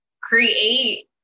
create